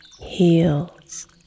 heals